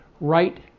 right